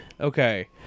Okay